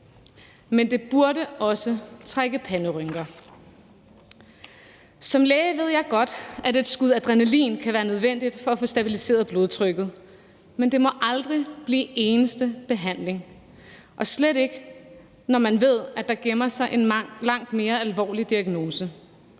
Men det burde også trække panderynker. Som læge ved jeg godt, at et skud adrenalin kan være nødvendigt for at få stabiliseret blodtrykket, men det må aldrig blive den eneste behandling, og slet ikke, når man ved, at der gemmer sig en langt mere alvorlig diagnose